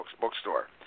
Bookstore